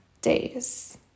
days